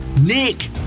Nick